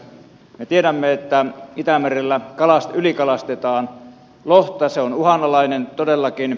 me tiedämme että itämerellä ylikalastetaan lohta se on uhanalainen todellakin